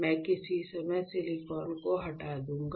मैं किसी समय सिलिकॉन को हटा दूंगा